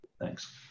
Thanks